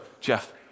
Jeff